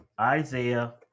Isaiah